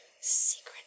secret